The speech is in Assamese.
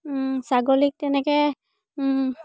ছাগলীক তেনেকৈ